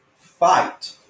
fight